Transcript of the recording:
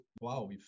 wow